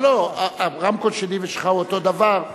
לא, לא הרמקול שלי ושלך הוא אותו דבר.